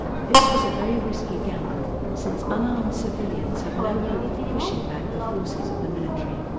this was a very risky gamble, since unarmed civilians have no hope of pushing back the forces of the military.